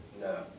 No